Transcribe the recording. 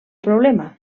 problema